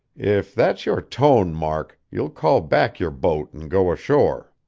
if that's your tone, mark, you'll call back your boat and go ashore.